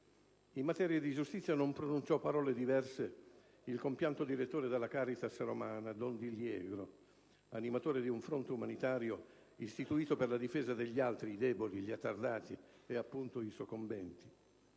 In materia di giustizia non pronunciò parole diverse il compianto direttore della Caritas romana, don Di Liegro, animatore di un fronte umanitario istituito per la difesa degli altri, i deboli, gli attardati e, appunto, i soccombenti.